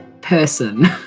person